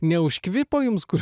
neužkvipo jums kur